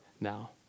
now